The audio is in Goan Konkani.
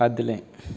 आदलें